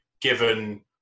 given